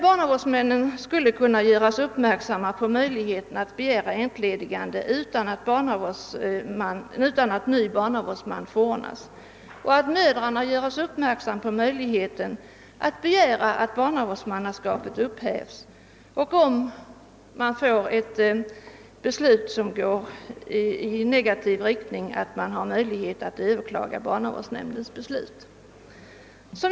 Barnavårdsmännen skulle emellertid kunna göras uppmärksamma på möjligheten att begära entledigande utan att ny barnavårdsman förordnas, och mödrarna skul!e kunna göras uppmärkz samma på möjligheten att begära att barnavårdsmannaskapet upphävs samt på att det därvidlag vid ett beslut som går i negativ riktning finns möjlighet att överklaga barnavårdsnämndens beslut.